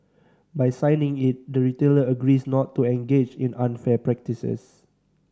by signing it the retailer agrees not to engage in unfair practices